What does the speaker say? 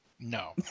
No